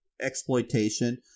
exploitation